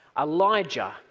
Elijah